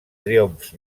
triomfs